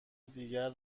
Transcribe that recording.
دیگر